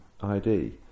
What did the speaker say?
ID